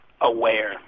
aware